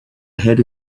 ahead